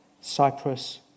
Cyprus